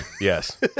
Yes